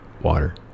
Water